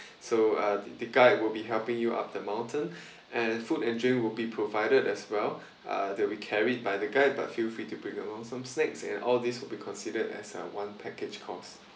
so uh the the guide will be helping you up the mountain and food and drink will be provided as well uh that will be carried by the guide but feel free to bring along some snacks and all these will be considered as a one package costs